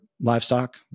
livestock